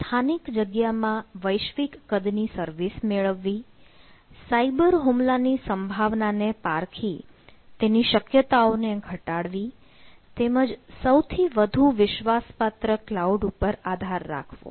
સ્થાનિક જગ્યામાં વૈશ્વિક કદ ની સર્વિસ મેળવવી સાઇબર હુમલા ની સંભાવના ને પારખી તેની શક્યતાઓને ઘટાડવી તેમજ સૌથી વધુ વિશ્વાસપાત્ર ક્લાઉડ પર આધાર રાખવો